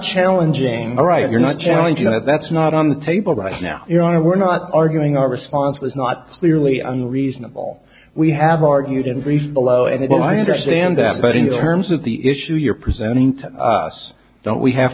challenging the right you're not challenging that's not on the table right now your honor we're not arguing our response was not clearly unreasonable we have argued in greece below and well i understand that but in terms of the issue you're presenting to us don't we have